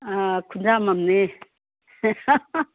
ꯑꯥ ꯈꯨꯟꯖꯥꯝꯕꯝꯅꯦ